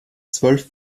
zwölf